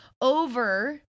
over